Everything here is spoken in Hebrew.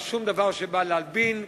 על שום דבר שבא להלבין חטאים,